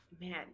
man